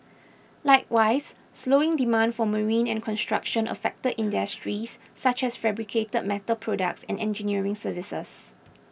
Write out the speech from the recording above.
likewise slowing demand for marine and construction affected industries such as fabricated metal products and engineering services